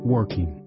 Working